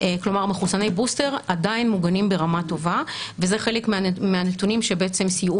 כלומר מחוסני בוסטר עדיין מוגנים ברמה טובה וזה חלק מהנתונים שבעצם סייעו